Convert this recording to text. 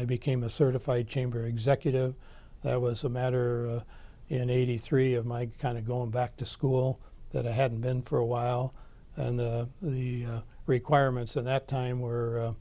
i became a certified chamber executive there was a matter in eighty three of my kind of going back to school that i hadn't been for a while and the requirements of that time were